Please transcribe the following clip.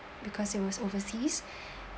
because it was overseas